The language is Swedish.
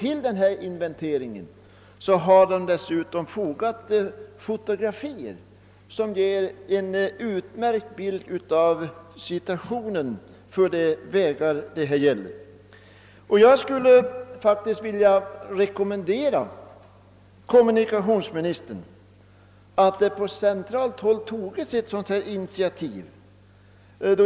Till denna inventering har gruppen fogat fotografier som utmärkt illustrerar situationen på vägarna. Jag skulle vilja rekommendera kommunikationsministern att se till att det på centralt håll tas ett liknande initiativ.